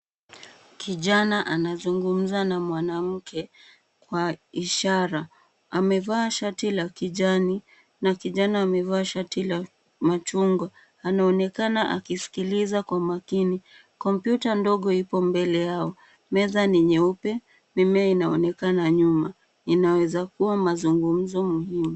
Kijana anazungumza na mwanamke kwa ishara. Amevaa shati la kijani, na kijana amevaa shati la machungwa. Anaonekana akisikiliza kwa umakini. Kompyuta ndogo ipo mbele yao. Meza ni nyeupe. Mimea inaonekana nyuma. Inaweza kuwa mazungumzo muhimu.